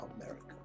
America